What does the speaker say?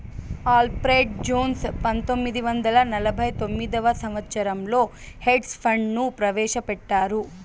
Alfred Jones పంతొమ్మిది వందల నలభై తొమ్మిదవ సంవచ్చరంలో హెడ్జ్ ఫండ్ ను ప్రవేశపెట్టారు